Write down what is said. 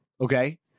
Okay